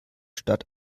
stadt